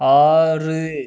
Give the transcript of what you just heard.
ஆறு